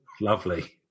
Lovely